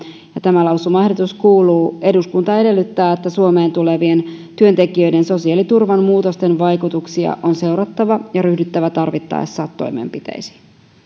ja tämä lausumaehdotus kuuluu eduskunta edellyttää että suomeen tulevien työntekijöiden sosiaaliturvan muutosten vaikutuksia on seurattava ja ryhdyttävä tarvittaessa toimenpiteisiin